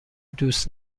دوست